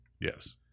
Yes